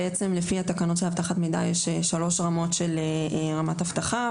בעצם לפי התקנות של אבטחת מידע יש שלוש רמות של רמת אבטחה,